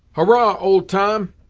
hurrah! old tom,